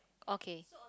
okay